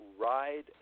Ride